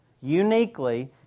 uniquely